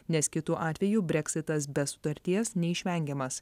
nes kitu atveju breksitas be sutarties neišvengiamas